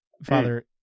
Father